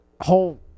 Whole